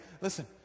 Listen